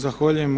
Zahvaljujem.